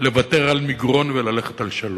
לוותר על מגרון וללכת על שלום.